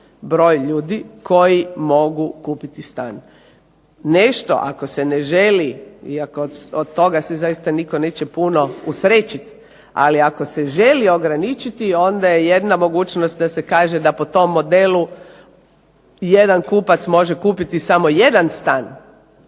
broj ljudi koji mogu kupiti stan. Nešto ako se ne želi i ako od toga se zaista nitko neće puno usrećiti, ali ako se želi ograničiti onda je jedna mogućnost da se kaže da po tom modelu jedan kupac može kupiti samo jedan stan,